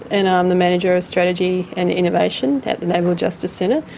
and i'm the manager of strategy and innovation at the neighbourhood justice centre.